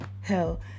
Hell